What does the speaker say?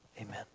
amen